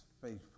faithful